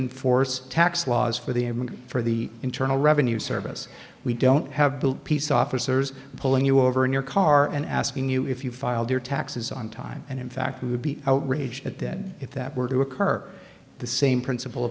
enforce tax laws for the amount for the internal revenue service we don't have built peace officers pulling you over in your car and asking you if you filed your taxes on time and in fact we would be outraged at dead if that were to occur the same principle